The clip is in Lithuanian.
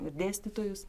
ir dėstytojus